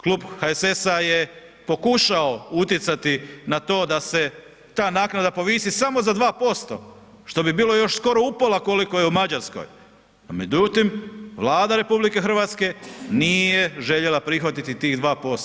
Klub HSS-a je pokušao utjecati na to da se ta naknada povisi samo za 2%, što bi bilo još skoro upola koliko je u Mađarskoj, međutim Vlada RH nije željela prihvatiti tih 2%